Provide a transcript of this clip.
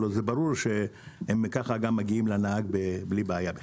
הרי ברור שכך הם גם מגיעים לנהג בלי בעיה.